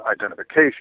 identification